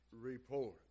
report